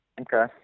okay